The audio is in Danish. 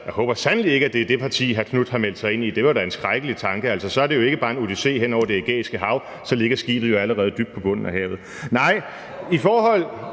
jeg håber sandelig ikke, at det er det parti, hr. Marcus Knuth har meldt sig ind i, det var da en skrækkelig tanke, altså, så er det jo ikke bare en odyssé hen over Det Ægæiske Hav, så ligger skibet jo allerede dybt på bunden af havet. I forhold